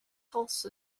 also